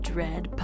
Dread